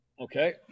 okay